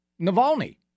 Navalny